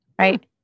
right